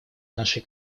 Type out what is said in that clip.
нашей